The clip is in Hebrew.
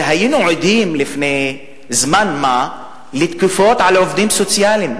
והיינו עדים לפני זמן מה לתקיפות על עובדים סוציאליים.